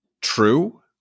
true